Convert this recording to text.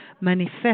manifest